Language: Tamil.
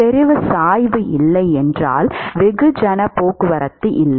செறிவு சாய்வு இல்லை என்றால் வெகுஜனப் போக்குவரத்து இல்லை